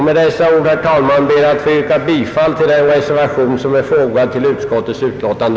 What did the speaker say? Med dessa ord, herr talman, ber jag att få yrka bifall till den reservation som är fogad till utskottets utlåtande.